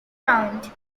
round